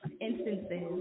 instances